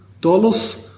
dollars